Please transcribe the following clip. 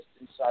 inside